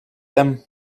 them